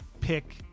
pick